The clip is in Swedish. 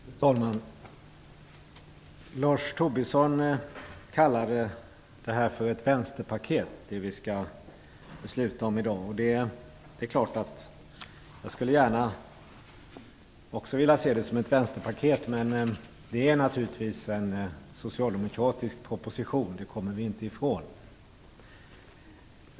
Fru talman! Lars Tobisson kallar det som vi i dag skall besluta om för ett vänsterpaket. Det är klart att också jag gärna skulle vilja se det som ett vänsterpaket. Men det är naturligtvis fråga om en socialdemokratisk proposition - det kommer vi inte från.